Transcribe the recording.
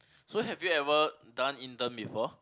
so have you ever done intern before